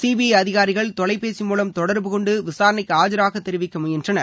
CBI அதிகாரிகள் தொலைபேசி மூவம் தொடர்புகொண்டு விசாரணைக்கு ஆஜாக தெரிவிக்க முயன்றனர்